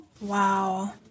Wow